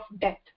death